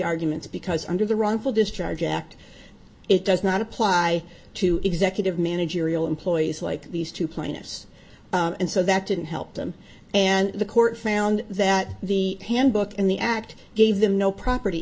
arguments because under the wrongful discharge act it does not apply to executive managerial employees like these two plaintiffs and so that didn't help them and the court found that the handbook and the act gave them no property